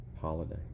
holiday